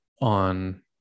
on